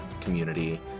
community